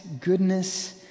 goodness